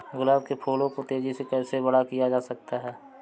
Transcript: गुलाब के फूलों को तेजी से कैसे बड़ा किया जा सकता है?